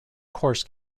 course